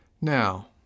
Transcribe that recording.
Now